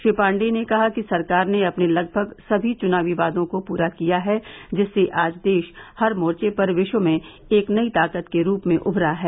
श्री पांडेय ने कहा कि सरकार ने अपने लगभग समी चुनावी वादों को पूरा किया है जिससे आज देश हर मोर्चे पर विश्व में एक नई ताकत के रूप में उभरा है